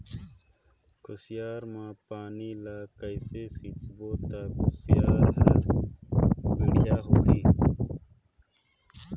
कुसियार मा पानी ला कइसे सिंचबो ता कुसियार हर बेडिया होही?